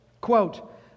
quote